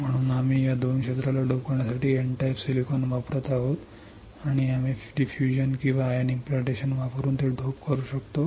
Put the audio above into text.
म्हणून आम्ही या 2 क्षेत्राला डोप करण्यासाठी N टाइप सिलिकॉन वापरत आहोत आणि आम्ही डिफ्यूजन किंवा आयन इम्प्लांटेशन वापरून ते डोप करू शकतो